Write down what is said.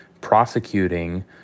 prosecuting